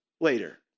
later